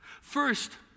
First